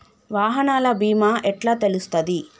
వాహనాల బీమా ఎట్ల తెలుస్తది?